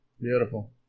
Beautiful